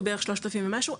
הוא בערך 3,000 ומשהו,